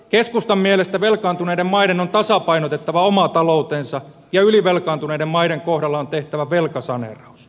keskustan mielestä velkaantuneiden maiden on tasapainotettava oma taloutensa ja ylivelkaantuneiden maiden kohdalla on tehtävä velkasaneeraus